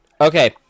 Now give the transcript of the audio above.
Okay